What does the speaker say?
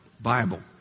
Bible